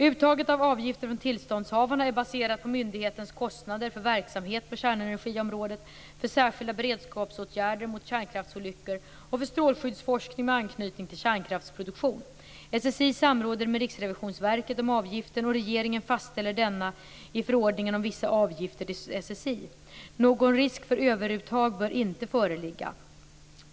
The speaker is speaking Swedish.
Uttaget av avgifter från tillståndshavarna är baserat på myndighetens kostnader för verksamhet på kärnenergiområdet, för särskilda beredskapsåtgärder mot kärnkraftsolyckor och för strålskyddsforskning med anknytning till kärnkraftsproduktion. SSI samråder med Riksrevisionsverket om avgiften, och regeringen fastställer denna i förordningen om vissa avgifter till Statens strålskyddsinstitut. Någon risk för överuttag bör inte föreligga.